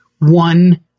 one